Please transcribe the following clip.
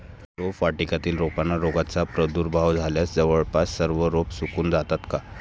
रोपवाटिकेतील रोपांना रोगाचा प्रादुर्भाव झाल्यास जवळपास सर्व रोपे सुकून जातात का?